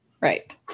Right